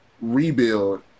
rebuild